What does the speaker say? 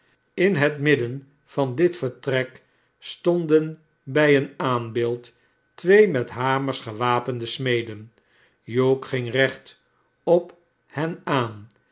in het midden van dit vertrek stonden bij een aanbeeld twee met hamers gewapende smeden hugh ging recht op hen aan